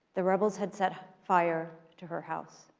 the rebels had set fire to her house.